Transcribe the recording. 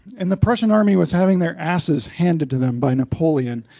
and the prussian army was having their asses handed to them by napoleon.